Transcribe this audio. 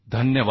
धन्यवाद